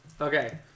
okay